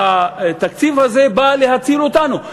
שהתקציב הזה בא להציל אותנו,